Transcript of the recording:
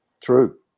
true